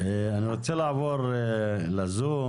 אני רוצה לעבור לזום,